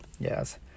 Yes